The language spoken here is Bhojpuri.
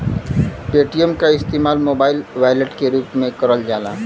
पेटीएम क इस्तेमाल मोबाइल वॉलेट के रूप में करल जाला